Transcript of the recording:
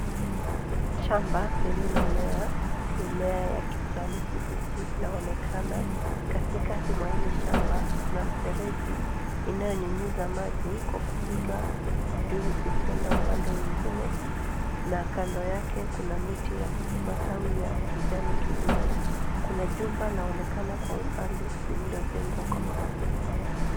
Shamba lililomea mimea ya kijani kibichi unaonekana katikati mwa ile shamba kuna mfereji inayonyunyiza maji kwa kupiga juu ikienda upande mwingine na kando yake kuna miti ya matawi ya kijani kibichi. Kuna jumba laonekana kwa umbali lililojengwa kwa mabati.